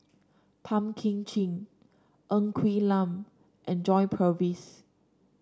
Tan Kim Ching Ng Quee Lam and John Purvis